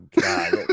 God